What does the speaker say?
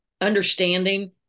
understanding